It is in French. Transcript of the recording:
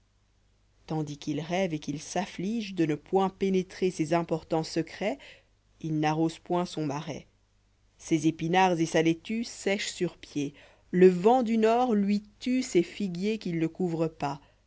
tandis qu'il rêve et qu'il s'afflige de ne point pénétrer ces importants secrets il n'arrose point son marais ses épinards et sa laitue sèchent sur pied le jent du nord lui tue ses figuiers qu'il ne couvre pas